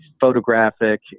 photographic